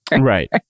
Right